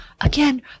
again